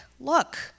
look